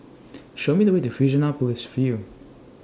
Show Me The Way to Fusionopolis View